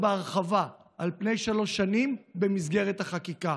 בהרחבה על פני שלוש שנים במסגרת החקיקה.